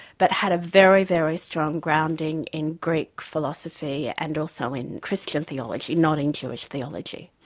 but had a very, very strong grounding in greek philosophy and also in christian theology, not in jewish theology.